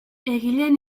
egileen